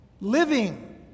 living